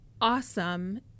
awesome